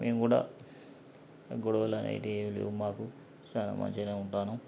మేము కూడా గొడవలు అనేటివి ఏమీ లేవు మాకు చాలా మంచిగానే ఉంటాన్నాం